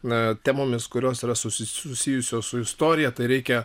na temomis kurios yra susijusios su istorija tai reikia